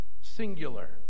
singular